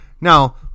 Now